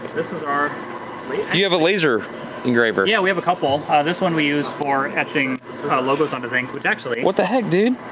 this is our you have a laser engraver. yeah, we have a couple. ah this one we use for etching logos onto things, which actually what the heck, dude?